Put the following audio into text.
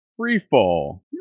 Freefall